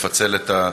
לפצל את,